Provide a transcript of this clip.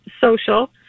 social